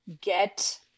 get